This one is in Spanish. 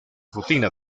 rutina